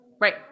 right